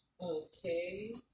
Okay